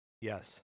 Yes